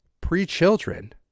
pre-children